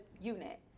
unit